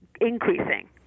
increasing